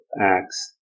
acts